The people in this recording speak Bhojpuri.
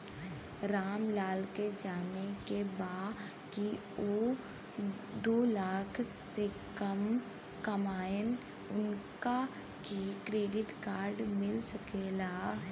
राम लाल के जाने के बा की ऊ दूलाख से कम कमायेन उनका के क्रेडिट कार्ड मिल सके ला?